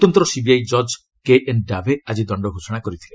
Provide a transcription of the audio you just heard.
ସ୍ୱତନ୍ତ୍ର ସିବିଆଇ ଜଜ୍ କେଏନ୍ ଡାଭେ ଆଜି ଦଶ୍ଡ ଘୋଷଣା କରିଥିଲେ